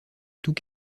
tout